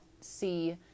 see